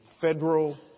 federal